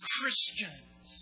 Christians